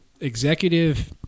executive